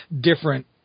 different